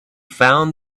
found